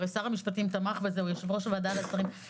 הרי שר המשפטים תמך בזה והוא יושב-ראש ועדת השרים לענייני חקיקה.